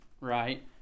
right